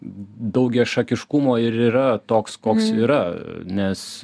daugiašakiškumo ir yra toks koks yra nes